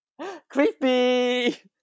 Creepy